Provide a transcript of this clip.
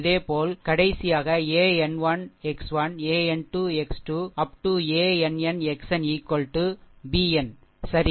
இதேபோல் கடைசியாக an 1 x 1 an 2 x 2 up to ann xn bn சரி